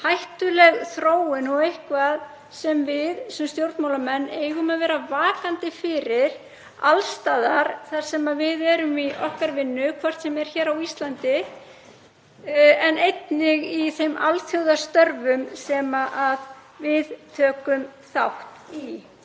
hættuleg þróun og eitthvað sem við stjórnmálamenn eigum að vera vakandi fyrir alls staðar þar sem við erum í okkar vinnu, hvort sem er hér á Íslandi eða í þeim alþjóðlegu störfum sem við tökum þátt í.